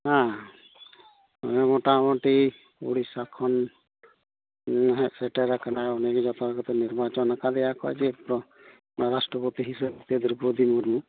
ᱦᱮᱸ ᱚᱱᱮ ᱢᱚᱴᱟ ᱢᱩᱴᱤ ᱳᱲᱤᱥᱟ ᱠᱷᱚᱱ ᱦᱮᱜ ᱥᱮᱴᱮᱨᱟ ᱠᱟᱱᱟᱭ ᱩᱱᱤᱜᱮ ᱡᱷᱚᱛᱚ ᱠᱚᱛᱮ ᱱᱤᱨᱵᱟᱪᱚᱱ ᱠᱟᱫᱮᱭᱟᱠᱚ ᱡᱮᱦᱮᱛᱚ ᱚᱱᱟ ᱨᱟᱥᱴᱚᱯᱚᱤ ᱦᱤᱥᱟᱹᱵᱽ ᱛᱮ ᱫᱨᱳᱣᱯᱚᱫᱤ ᱢᱩᱨᱢᱩ